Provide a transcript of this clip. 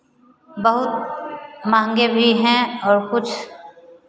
बहुत महंगे भी हैं और कुछ